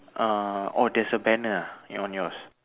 uh oh there's a banner ah on yours